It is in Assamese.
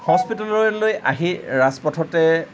হস্পিতাললৈ আহি ৰাজপথতে